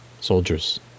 soldiers